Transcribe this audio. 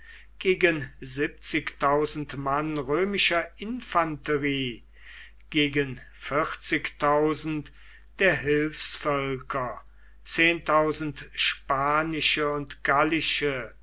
gegen mann römischer infanterie gegen der hilfsvölker spanische und gallische